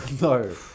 No